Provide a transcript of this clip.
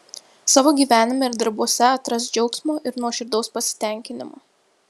savo gyvenime ir darbuose atrask džiaugsmo ir nuoširdaus pasitenkinimo